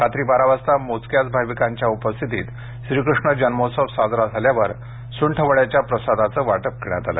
रात्री बारा वाजता मोजक्याच भाविकांच्या उपस्थितीत श्रीकृष्ण जन्मोत्सव साजरा झाल्यावर सुंठवड्याच्या प्रसादाचं वाटप करण्यात आलं